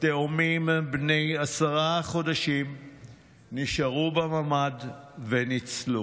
התאומים בני העשרה חודשים נשארו בממ"ד וניצלו.